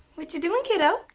what ya doin', kiddo?